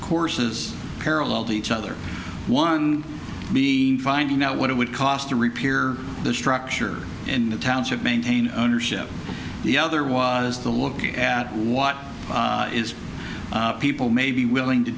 courses parallel to each other one be finding out what it would cost to repair the structure in the township maintain ownership the other was to look at what is people may be willing to